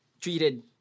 treated